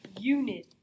unit